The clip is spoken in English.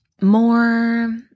more